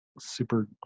super